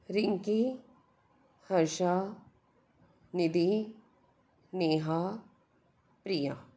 Rinki Harsha Nidhi Neha Priya